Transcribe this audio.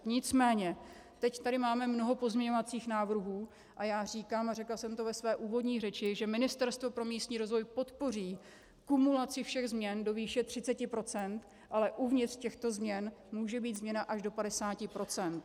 Nicméně teď tady máme mnoho pozměňovacích návrhů a já říkám, a řekla jsem to ve své úvodní řeči, že Ministerstvo pro místní rozvoj podpoří kumulaci všech změn do výše 30 %, ale uvnitř těchto změn může být změna až do 50 %.